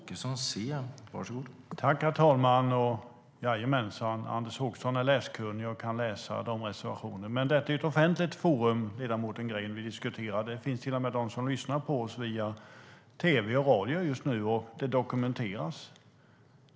Herr talman! Jajamänsan, Anders Åkesson är läskunnig! Jag kan läsa Socialdemokraternas reservationer. Men detta är ett offentligt forum, ledamoten Green. Det finns till och med de som lyssnar på oss via tv och radio just nu, och diskussionen dokumenteras.